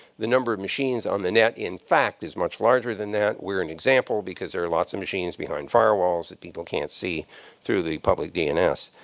the number of machines on the net, in fact, is much larger than that. we're an example, because there are lots of machines behind firewalls that people can't see through the public dns.